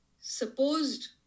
supposed